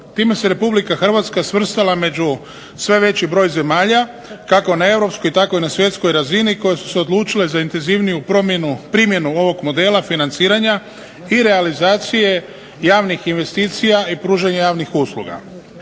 Time se RH svrstala među sve veći broj zemalja, kako na europskoj tako i na svjetskoj razini, koje su se odlučile za intenzivniju primjenu ovog modela financiranja i realizacije javnih investicija i pružanja javnih usluga.